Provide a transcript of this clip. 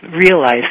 realize